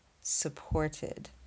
supported